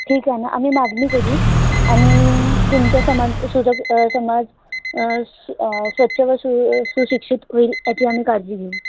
ठीक आहे ना आम्ही मागणी करू आणि तुमच्या समाज सुजक समाज स स्वच्छ व सु सुशिक्षित होईल याची आम्ही काळजी घेऊ